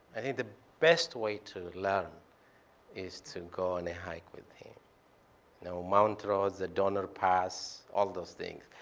i think the best way to learn is to go on a hike with him, you know, mountain roads, the donner pass, all of those things.